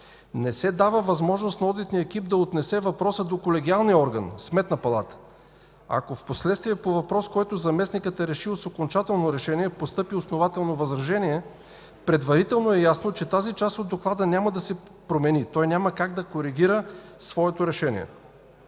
Не се дава възможност на одитния екип да отнесе въпроса до колегиалния орган – Сметната палата. Ако впоследствие по въпрос, който заместникът е решил с окончателно решение, постъпи основателно възражение, предварително е ясно, че тази част от доклада няма да се промени, той няма как да коригира своето решение.